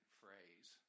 phrase